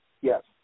Yes